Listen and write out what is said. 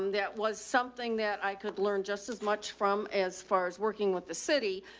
um that was something that i could learn just as much from as far as working with the city.